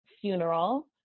funeral